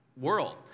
world